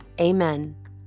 Amen